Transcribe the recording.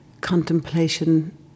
contemplation